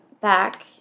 back